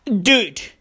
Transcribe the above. Dude